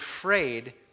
afraid